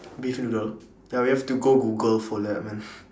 beef noodle ya we have to go google for that man